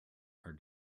are